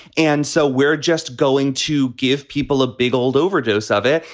and so we're just going to give people a big old overdose of it.